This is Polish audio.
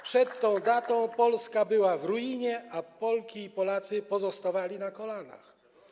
Przed tą datą Polska była w ruinie, a Polki i Polacy pozostawali na kolanach.